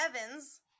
Evans